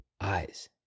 eyes